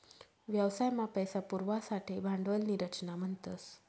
व्यवसाय मा पैसा पुरवासाठे भांडवल नी रचना म्हणतस